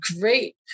Great